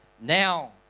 Now